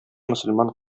мөселман